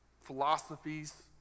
philosophies